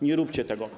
Nie róbcie tego.